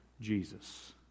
Jesus